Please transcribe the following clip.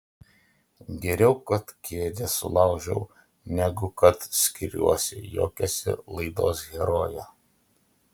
geriau kad kėdę sulaužiau negu kad skiriuosi juokėsi laidos herojė